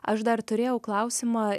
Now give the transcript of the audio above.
aš dar turėjau klausimą